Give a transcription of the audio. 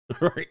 Right